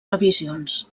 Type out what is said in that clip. revisions